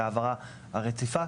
את ההעברה הרציפה,